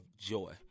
joy